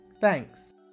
Thanks